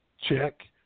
Check